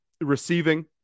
receiving